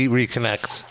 reconnect